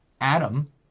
Adam